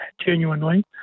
genuinely